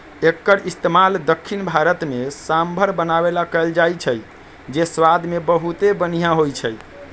एक्कर इस्तेमाल दख्खिन भारत में सांभर बनावे ला कएल जाई छई जे स्वाद मे बहुते बनिहा होई छई